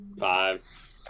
Five